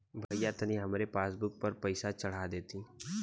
भईया तनि हमरे पासबुक पर पैसा चढ़ा देती